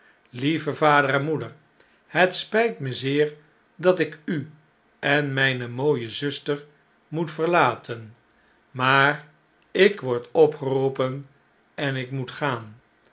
lieve vader en moeder het spjjt me zeer dat ik u en mjjne mooie zuster moet verlaten maar ik word opgeroepen en ik moet gaan